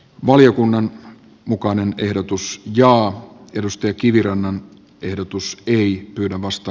valiokunnan ehdotus jaa esko kivirannan ehdotus liittyy vasta